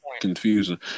confusing